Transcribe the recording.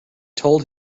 told